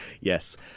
yes